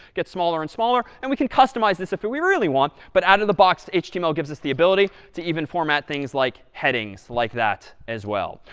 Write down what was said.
get smaller and smaller. and we can customize this if we really want, but out of the box html gives us the ability to even format things like headings like that as well.